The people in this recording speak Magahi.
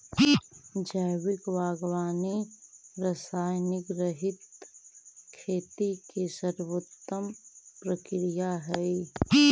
जैविक बागवानी रसायनरहित खेती के सर्वोत्तम प्रक्रिया हइ